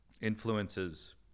influences